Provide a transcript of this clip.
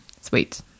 sweet